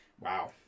wow